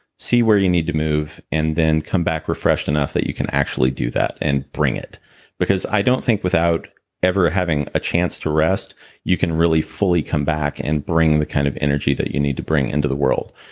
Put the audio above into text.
see where you need to move and then come back refreshed enough enough that you can actually do that and bring it because i don't think without ever having a chance to rest you can really fully come back and bring the kind of energy that you need to bring into the world.